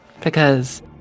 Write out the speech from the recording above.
Because-